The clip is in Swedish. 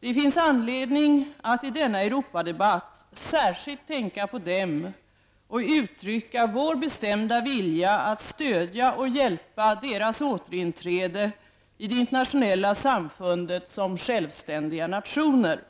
Det finns anledning att i denna Europadebatt särskilt tänka på dem och uttrycka vår bestämda vilja att stödja och hjälpa deras återinträde i det internationella samfundet som självständiga nationer.